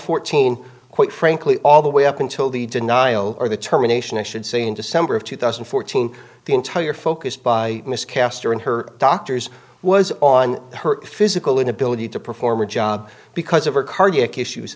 fourteen quite frankly all the way up until the denial or the terminations i should say in december of two thousand and fourteen the entire focus by miss caster and her doctors was on her physical inability to perform a job because of her cardiac issues